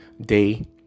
day